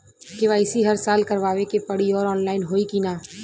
KYC हर साल करवावे के पड़ी और ऑनलाइन होई की ना?